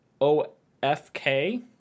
OFK